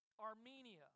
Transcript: Armenia